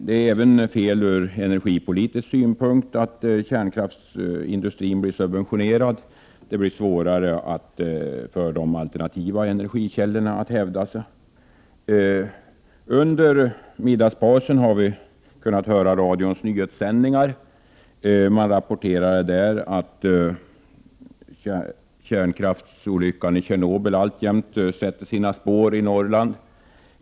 Det är även ur energipolitisk synpunkt fel att kärnkraftsindustrin blir subventionerad. Det blir svårare för de alternativa energikällorna att hävda sig. Under middagspausen kunde vi höra radions nyhetssändningar. Man rapporterade där att kärnkraftsolyckan i Tjernobyl alltjämt sätter sina spår i Norrland.